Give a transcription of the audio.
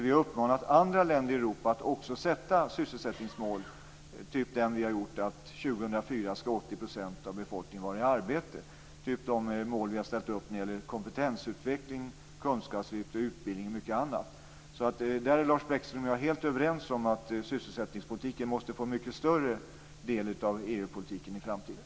Vi har uppmanat andra länder i Europa att sätta upp sysselsättningsmål som det vi har satt upp. Vi har ju satt upp målet att 80 % av befolkningen skall vara i arbete 2004. Vi har också satt upp mål om kompetensutveckling, kunskapslyft och utbildning. Lars Bäckström och jag är helt överens om att sysselsättningspolitiken måste bli en mycket större del av EU-politiken i framtiden.